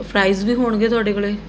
fries ਵੀ ਹੋਣਗੇ ਤੁਹਾਡੇ ਕੋਲ਼